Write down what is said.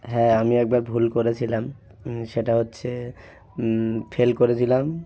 হ্যাঁ আমি একবার ভুল করেছিলাম সেটা হচ্ছে ফেল করেছিলাম